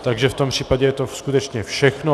Takže v tom případě je to skutečně všechno.